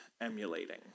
emulating